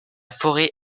forêt